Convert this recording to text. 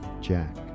Jack